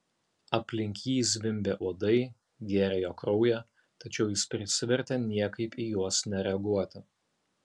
aplink jį zvimbė uodai gėrė jo kraują tačiau jis prisivertė niekaip į juos nereaguoti